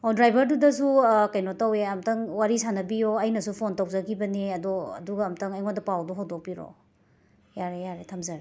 ꯑꯣ ꯗ꯭ꯔꯥꯏꯕꯔꯗꯨꯗꯁꯨ ꯀꯩꯅꯣ ꯇꯧꯋꯦ ꯑꯃꯨꯛꯇꯪ ꯋꯥꯔꯤ ꯁꯥꯟꯅꯕꯤꯌꯣ ꯑꯩꯅꯁꯨ ꯐꯣꯟ ꯇꯧꯖꯈꯤꯕꯅꯤ ꯑꯗꯣ ꯑꯗꯨꯒ ꯑꯃꯨꯛꯇꯪ ꯑꯩꯉꯣꯟꯗ ꯄꯥꯎꯗꯣ ꯍꯧꯗꯣꯛꯄꯤꯔꯛꯑꯣ ꯌꯥꯔꯦ ꯌꯥꯔꯦ ꯊꯝꯖꯔꯦ